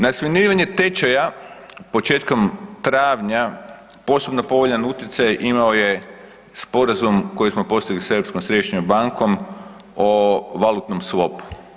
Na smirivanje tečaja početkom travnja, posebno povoljan utjecaj imao je sporazum koji smo postigli sa Europskom središnjom bankom o valutnom swapu.